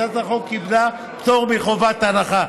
הצעת החוק קיבלה פטור מחובת הנחה.